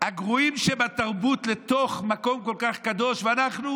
הגרועים שבתרבות לתוך מקום כל כך קדוש, ואנחנו